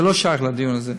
זה לא שייך לדיון הזה,